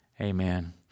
amen